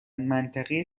منطقه